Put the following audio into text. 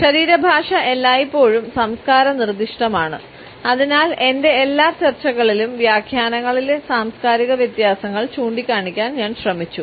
ശരീരഭാഷ എല്ലായ്പ്പോഴും സംസ്കാര നിർദ്ദിഷ്ടമാണ് അതിനാൽ എന്റെ എല്ലാ ചർച്ചകളിലും വ്യാഖ്യാനങ്ങളിലെ സാംസ്കാരിക വ്യത്യാസങ്ങൾ ചൂണ്ടിക്കാണിക്കാൻ ഞാൻ ശ്രമിച്ചു